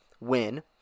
win